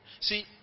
See